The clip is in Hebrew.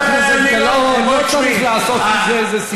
חברת הכנסת גלאון, לא צריך לעשות מזה איזה סיפור.